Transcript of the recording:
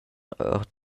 ord